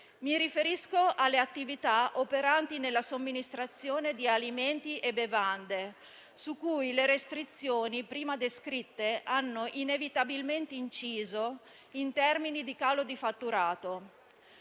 Mi riferisco alle attività operanti nella somministrazione di alimenti e bevande, su cui le restrizioni prima descritte hanno inevitabilmente inciso in termini di calo di fatturato.